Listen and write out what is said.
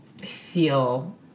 feel